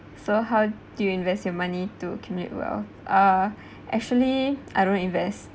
so how do you invest your money to accumulate wealth uh actually I don't invest